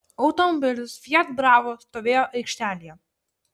automobilis fiat bravo stovėjo aikštelėje